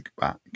back